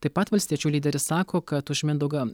taip pat valstiečių lyderis sako kad už mindaugą